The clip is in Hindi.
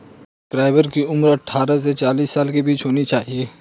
योजना के सब्सक्राइबर की उम्र अट्ठारह से चालीस साल के बीच होनी चाहिए